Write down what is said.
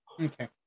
Okay